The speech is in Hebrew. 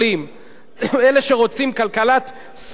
אלה שרוצים כלכלת שמאל קיצוני,